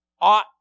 Ought